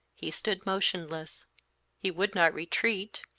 he stood motionless he would not retreat,